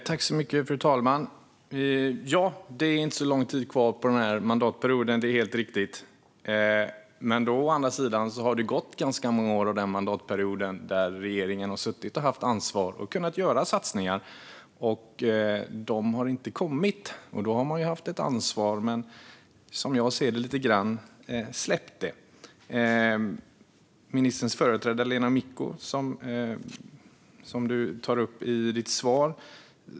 Fru talman! Det är inte så lång tid kvar av den här mandatperioden; det är helt riktigt. Men då har det å andra sidan gått ganska många år av en mandatperiod när regeringen har haft ansvar och kunnat göra satsningar. Dessa satsningar har inte kommit, och då anser jag att man lite har släppt det ansvaret. Ministern nämner sin företrädare Lena Micko i sitt svar.